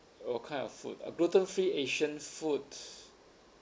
what kind of food uh gluten free asian food